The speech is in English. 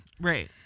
Right